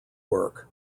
work